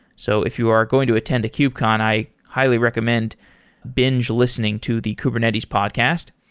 so if you are going to attend a kubecon, i highly recommend binge listening to the kubernetes podcast.